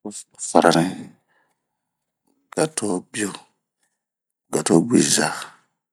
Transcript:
farani, gatobio ,gatobwiza